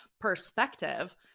perspective